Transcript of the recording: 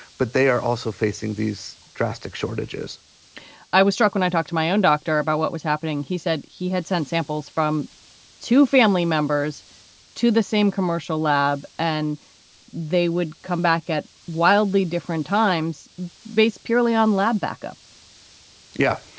but they are also facing these drastic shortages i was struck when i talked to my own doctor about what was happening. he said he had sent samples from two family members to the same commercial lab and they would come back at wildly different times based purely on lab backup yeah.